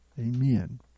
Amen